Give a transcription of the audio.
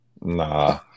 Nah